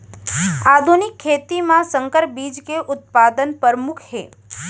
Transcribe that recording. आधुनिक खेती मा संकर बीज के उत्पादन परमुख हे